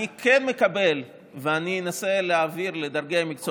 אני כן מקבל ואני אנסה להעביר לדרגי המקצוע